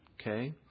Okay